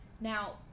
Now